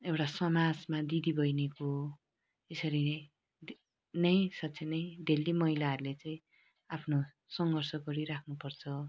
एउटा समाजमा दिदीबहिनीको यसरी नै साँच्ची नै डेली महिलाहरूले चाहिँ आफ्नो सङ्घर्ष गरी राख्नुपर्छ